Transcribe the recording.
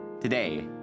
Today